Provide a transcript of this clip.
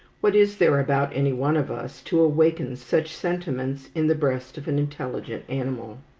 what is there about any one of us to awaken such sentiments in the breast of an intelligent animal?